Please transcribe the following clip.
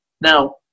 Now